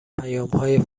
پیامهای